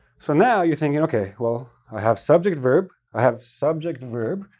so now, you're thinking okay, well, i have subject-verb, i have subject-verb,